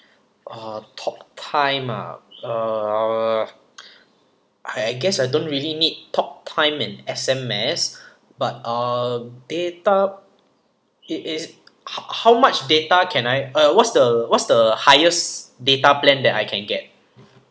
uh talk time ah uh I guess I don't really need talk time and S_M_S but uh data is is how how much data can I uh what's the what's the highest data plan that I can get